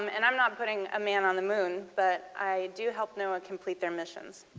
um and i'm not putting a man on the moon but i do help noaa complete their mission.